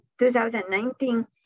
2019